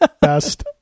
Best